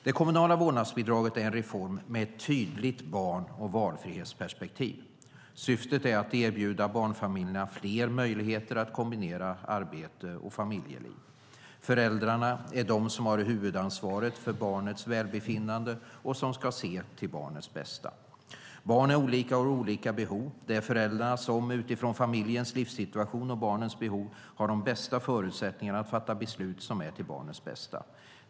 Det kommunala vårdnadsbidraget är en reform med ett tydligt barn och valfrihetsperspektiv. Syftet är att erbjuda barnfamiljerna fler möjligheter att kombinera arbete och familjeliv. Föräldrarna är de som har huvudansvaret för barnets välbefinnande och som ska se till barnets bästa. Barn är olika och har olika behov. Det är föräldrarna som utifrån familjens livssituation och barnets behov har de bästa förutsättningarna att fatta beslut som är till barnets bästa.